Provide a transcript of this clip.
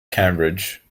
cambridge